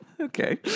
Okay